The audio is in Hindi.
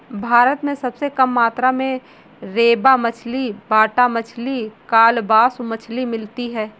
भारत में सबसे कम मात्रा में रेबा मछली, बाटा मछली, कालबासु मछली मिलती है